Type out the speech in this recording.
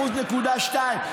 1.2%,